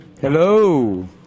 Hello